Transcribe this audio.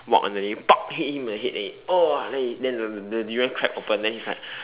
walk under it then it pop hit him on the head then he !wah! then he then the the durian crack open then he's like